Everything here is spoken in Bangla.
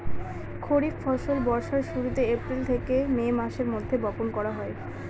খরিফ ফসল বর্ষার শুরুতে, এপ্রিল থেকে মে মাসের মধ্যে, বপন করা হয়